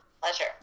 pleasure